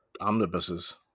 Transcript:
omnibuses